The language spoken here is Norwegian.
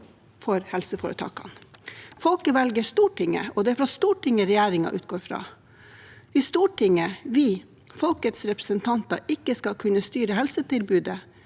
for helseforetakene. Folket velger Stortinget, og det er fra Stortinget regjeringen utgår. Hvis Stortinget, vi, folkets representanter, ikke skal kunne styre helsetilbudet,